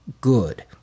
good